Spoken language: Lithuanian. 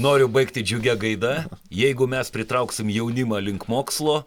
noriu baigti džiugia gaida jeigu mes pritrauksim jaunimą link mokslo